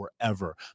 forever